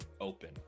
open